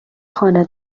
خانه